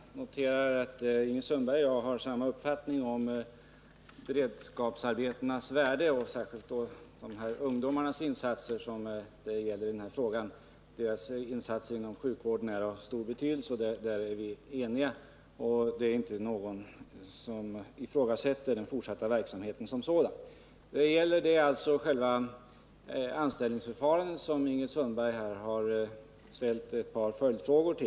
Herr talman! Jag noterar att Ingrid Sundberg och jag har samma uppfattning om beredskapsarbetena och särskilt de ungdomars insatser som det gäller i den här frågan. Deras insatser inom sjukvården är av stor betydelse, och det är vi eniga om. Det är inte någon som ifrågasätter den fortsatta verksamheten som sådan. Vad det gäller är själva anställningsförfarandet, som Ingrid Sundberg ställde ett par följdfrågor om.